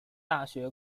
大学